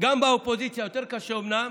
גם באופוזיציה, יותר קשה, אומנם,